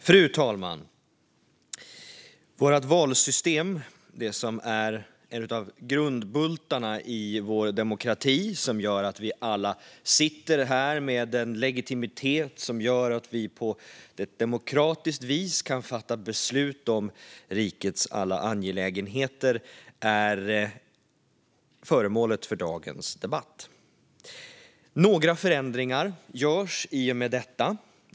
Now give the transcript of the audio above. Fru talman! Vårt valsystem är en av grundbultarna i vår demokrati. Det är det som gör att vi alla sitter här med en legitimitet som gör att vi på ett demokratiskt vis kan fatta beslut om rikets alla angelägenheter, och det är föremålet för dagens debatt. Några förändringar görs i och med detta.